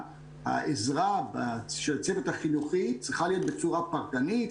העזרה של הצוות החינוכי צריכה להיות בצורה פרטנית,